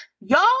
Y'all